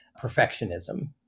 perfectionism